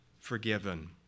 forgiven